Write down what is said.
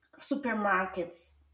supermarkets